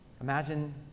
Imagine